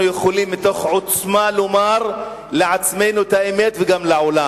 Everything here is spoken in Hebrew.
יכולים מתוך עוצמה לומר את האמת לעצמנו וגם לעולם.